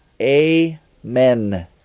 Amen